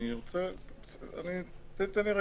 אני חושב